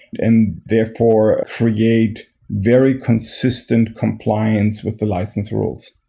and therefore create very consistent compliance with the license rules.